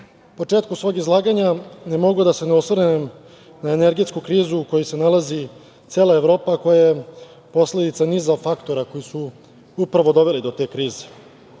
početku svog izlaganja ne mogu a da se osvrnem na energetsku krizu u kojoj se nalazi cela Evropa koja je posledica niza faktora koji su upravo doveli do te krize. Pre